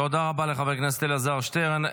תודה רבה לחבר הכנסת אלעזר שטרן.